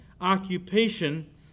occupation